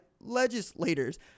legislators